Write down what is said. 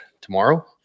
tomorrow